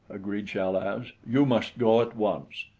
agreed chal-az, you must go at once.